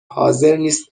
حاضرنیست